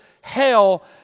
hell